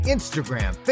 Instagram